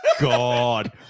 God